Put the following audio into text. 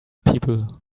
people